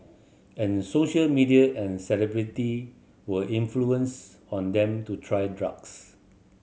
and social media and celebrity were influence on them to try drugs